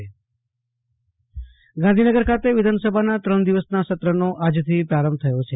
આશુતોષ અંતાણી વિધાનસભા સત્ર ગાંધીનગર ખાતે વિધાનસભાના ત્રણ દિવસના સત્રનો આજથી પ્રારંભ થયો છે